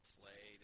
play